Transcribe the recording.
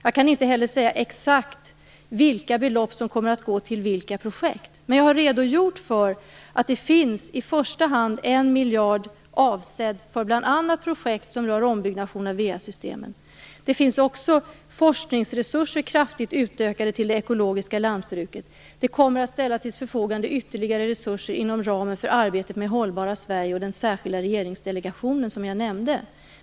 Jag kan inte heller exakt säga vilka belopp som kommer att gå till vilka projekt. Men jag har redogjort för att det i första hand finns 1 miljard avsedd för bl.a. projekt som rör ombyggnad av VS-systemen. Det finns också kraftigt utökade forskningsresurser till det ekologiska lantbruket. Det kommer att ställas till förfogande ytterligare resurser inom ramen för arbetet med det hållbara Sverige i den särskilda regeringsdelegation som jag nämnde.